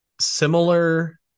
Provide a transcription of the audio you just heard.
Similar